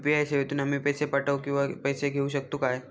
UPI सेवेतून आम्ही पैसे पाठव किंवा पैसे घेऊ शकतू काय?